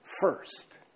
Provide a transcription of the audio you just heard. first